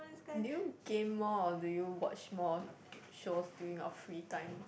do you game more or do you watch more shows during your free time